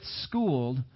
schooled